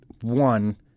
one